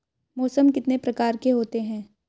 मौसम कितने प्रकार के होते हैं?